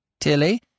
Tilly